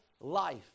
life